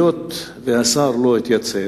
היות שהשר לא התייצב,